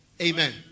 Amen